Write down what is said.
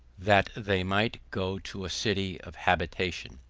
that they might go to a city of habitation.